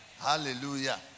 Hallelujah